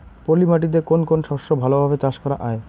পলি মাটিতে কোন কোন শস্য ভালোভাবে চাষ করা য়ায়?